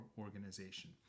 organization